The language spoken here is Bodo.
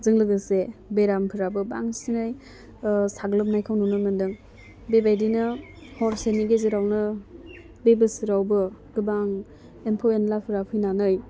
बेजों लोगोसे बेरामफोराबो बांसिनै साग्लोबनायखौ नुनो मोनदों बेबायदिनो हरसेनि गेजेरावनो बे बोसोरावबो गोबां एम्फौ एनलाफोरा फैनानै